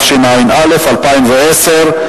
התשע"א 2010,